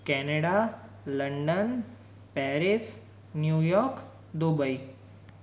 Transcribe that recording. Canada London Paris New York Dubai